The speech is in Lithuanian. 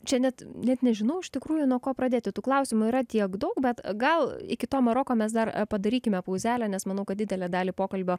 čia net net nežinau iš tikrųjų nuo ko pradėti tų klausimų yra tiek daug bet gal iki to maroko mes dar padarykime pauzelę nes manau kad didelę dalį pokalbio